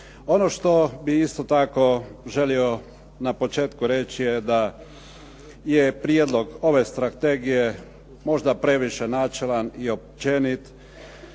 Ono što bih isto tako želio na početku reći je da je prijedlog ove strategije možda previše načelan i općenit,